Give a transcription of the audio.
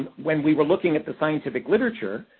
when we were looking at the scientific literature,